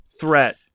threat